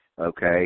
okay